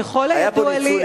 ככל הידוע לי,